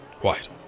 Quiet